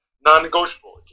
non-negotiable